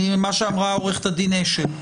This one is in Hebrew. מה שאמרה עו"ד אשל.